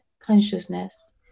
consciousness